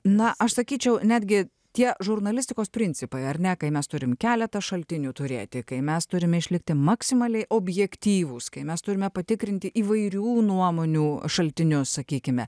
na aš sakyčiau netgi tie žurnalistikos principai ar ne kai mes turim keletą šaltinių turėti kai mes turime išlikti maksimaliai objektyvūs kai mes turime patikrinti įvairių nuomonių šaltinius sakykime